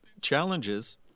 challenges